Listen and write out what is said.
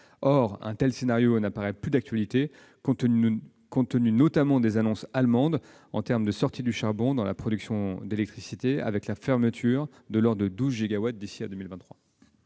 Or un tel scénario ne paraît plus d'actualité compte tenu notamment des annonces allemandes relatives à la sortie du charbon dans la production d'électricité, avec la fermeture de centrales pour un total d'environ 12 gigawatts d'ici à 2023.